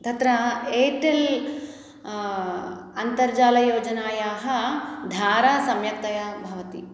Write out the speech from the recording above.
तत्र एर्टेल् अन्तर्जालयोजनायाः धारा सम्यक्तया भवति